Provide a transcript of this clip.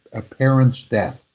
a parent's death.